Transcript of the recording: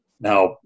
now